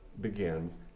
begins